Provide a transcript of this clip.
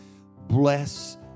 bless